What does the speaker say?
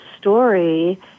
story